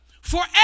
forever